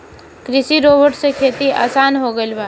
कृषि रोबोट से खेती आसान हो गइल बा